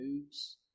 moves